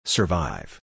Survive